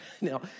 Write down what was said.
Now